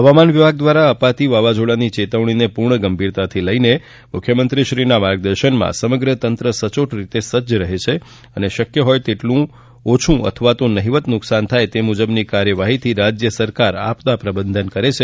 હવામાન વિભાગ દ્વારા અપાતી વાવાઝોડાની ચેતવણીને પૂર્ણ ગંભીરતાથી લઇ મુખ્યમંત્રીશ્રીના માર્ગદર્શનમાં સમગ્ર તંત્ર સચોટ રીતે સતત સજ્જ રહે છે અને શક્ય હોય તેટલું ઓછું અથવા નહિવત્ નુકસાન થાય તે મુજબની કાર્યવાહીથી રાજ્ય સરકાર આપદા પ્રબંધન કરે છે